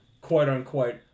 quote-unquote